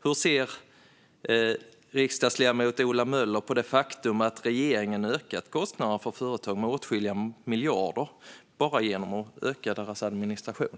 Hur ser riksdagsledamoten Ola Möller på det faktum att regeringen har ökat kostnaderna för företagen med åtskilliga miljarder bara genom att öka deras administration?